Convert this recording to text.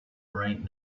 right